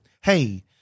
Hey